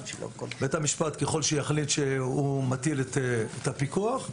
ככל שבית המשפט יחליט שהוא מטיל את הפיקוח,